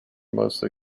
mostly